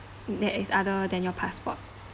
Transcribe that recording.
there is other than your passport